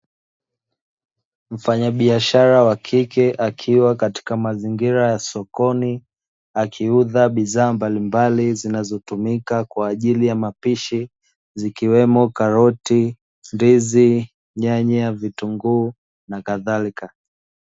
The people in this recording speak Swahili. Mfanyabiashara wa kike akiwa katika mazingira ya sokoni, akiuza bidhaa mbalimbali zinazotumika kwa ajili ya mapishi, zikiwemo karoti, ndizi, nyanya, vitunguu na kadhalika.